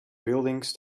buildings